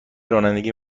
رانندگی